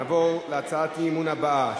נעבור להצעת אי-האמון הבאה,